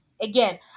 Again